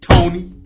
Tony